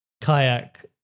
kayak